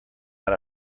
out